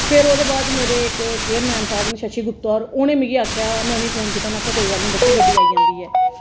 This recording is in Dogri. फेर ओह्दे बादा च मेरे इक चेयरमैन साह्ब न शशि गुप्ता होर उनें मिगी आखेआ में उनेंगी फोन कीता उनें मिगी आखेआ बच्चे कोई गल्ल नेईं गड्डी आई जंदी ऐ